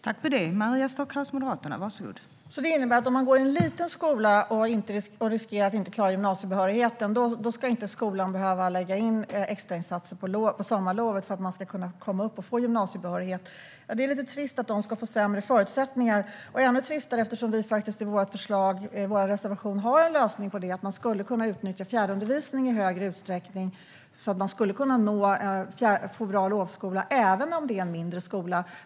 Fru talman! Menar Stefan Jakobsson att för de elever som går i en liten skola och riskerar att inte få gymnasiebehörighet ska skolan inte behöva sätta in extrainsatser på sommarlovet så att de kan bli godkända och få gymnasiebehörighet? Det är trist att dessa elever ska få sämre förutsättningar. I vår reservation har vi en lösning på det, och den är att man skulle kunna utnyttja fjärrundervisning i högre utsträckning så att även en mindre skola kan få bra lovskola.